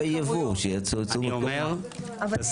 יכולת